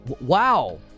wow